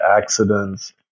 accidents